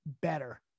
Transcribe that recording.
better